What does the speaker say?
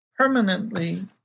permanently